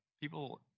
people